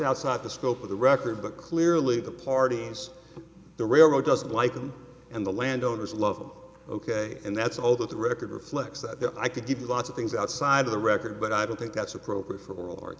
outside the scope of the record but clearly the parties the railroad doesn't like them and the landowners love them ok and that's all that the record reflects that i could give you lots of things outside of the record but i don't think that's appropriate for a